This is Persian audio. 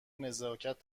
نزاکت